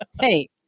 Hey